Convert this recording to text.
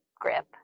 grip